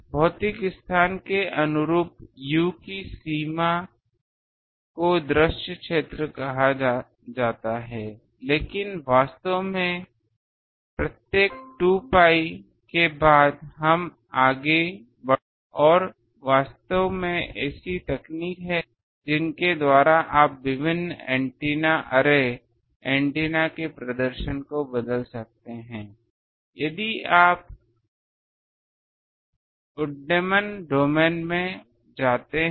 भौतिक स्थान के अनुरूप u की सीमा को दृश्य क्षेत्र कहा जाता है लेकिन वास्तव में प्रत्येक 2 pi के बाद हम आगे बढ़ सकते हैं और वास्तव में ऐसी तकनीकें हैं जिनके द्वारा आप विभिन्न एंटीना अरे एंटीना के प्रदर्शन को बदल सकते हैं यदि आप अदृश्य डोमेन में जाते हैं